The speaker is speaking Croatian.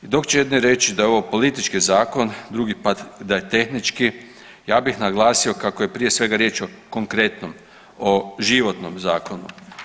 I dok će jedni reći da je ovo politički zakon, drugi pak da je tehnički, ja bih naglasio kako je prije svega riječ o konkretnom o životnom zakonu.